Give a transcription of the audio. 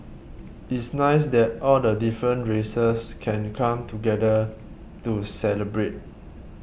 it's nice that all the different races can come together to celebrate